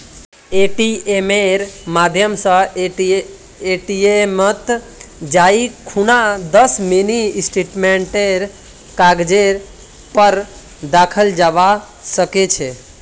एटीएमेर माध्यम स एटीएमत जाई खूना दस मिनी स्टेटमेंटेर कागजेर पर दखाल जाबा सके छे